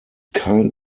kein